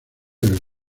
del